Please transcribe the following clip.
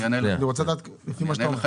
אסביר איך